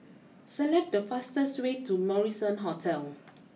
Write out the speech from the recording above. select the fastest way to Marrison Hotel